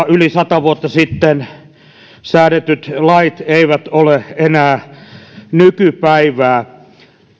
yli sata vuotta sitten säädetyt lait eivät ole enää nykypäivää